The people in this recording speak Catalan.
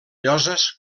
lloses